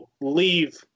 leave